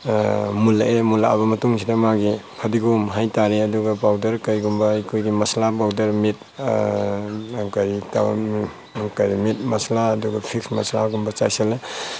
ꯃꯨꯂꯛꯑꯦ ꯃꯨꯂꯛꯑꯕ ꯃꯇꯨꯡꯁꯤꯗ ꯃꯥꯒꯤ ꯐꯗꯤꯒꯣꯝ ꯍꯥꯏꯇꯥꯔꯦ ꯑꯗꯨꯒ ꯄꯥꯎꯗꯔ ꯀꯩꯒꯨꯝꯕ ꯑꯩꯈꯣꯏꯒꯤ masala powder meat curry curry meat masala ꯑꯗꯨꯒ ꯐꯤꯁ ꯃꯁꯥꯂꯥꯒꯨꯝꯕ ꯆꯥꯏꯁꯤꯟꯂꯦ